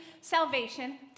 salvation